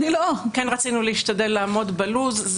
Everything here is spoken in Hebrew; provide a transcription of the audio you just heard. וכן רצינו להשתדל לעמוד בלו"ז.